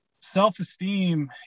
self-esteem